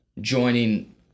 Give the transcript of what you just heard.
joining